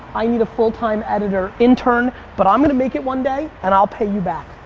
i need a full-time editor intern but i'm gonna make it one day and i'll pay you back.